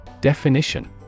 Definition